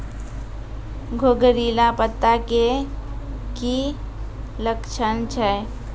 घुंगरीला पत्ता के की लक्छण छै?